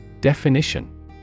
Definition